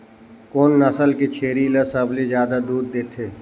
कोन नस्ल के छेरी ल सबले ज्यादा दूध देथे?